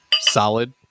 solid